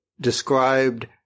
described –